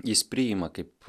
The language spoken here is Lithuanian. jis priima kaip